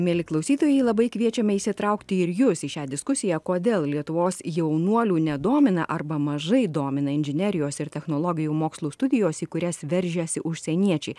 mieli klausytojai labai kviečiame įsitraukti ir jus į šią diskusiją kodėl lietuvos jaunuolių nedomina arba mažai domina inžinerijos ir technologijų mokslų studijos į kurias veržiasi užsieniečiai